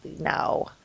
no